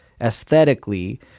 aesthetically